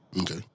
Okay